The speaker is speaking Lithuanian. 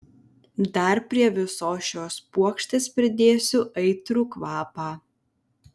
dar prie visos šios puokštės pridėsiu aitrų kvapą